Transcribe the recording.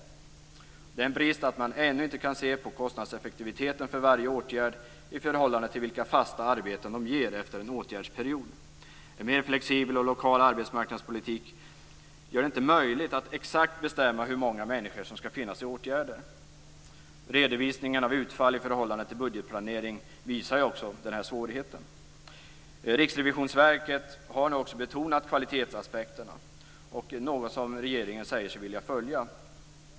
Det är en brist att man ännu inte kan se kostnadseffektiviteten för varje åtgärd i förhållande till vilka fasta arbeten de ger efter en åtgärdsperiod. En mer flexibel och lokal arbetsmarknadspolitik gör det inte möjligt att exakt bestämma hur många människor som skall finnas i åtgärder. Redovisningarna av utfall i förhållande till budgetplanering visar också den här svårigheten. Riksrevisionsverket har betonat kvalitetsaspekterna, och det är något som regeringen säger sig vilja följa.